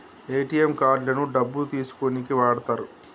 ATM కార్డులను డబ్బులు తీసుకోనీకి వాడతరు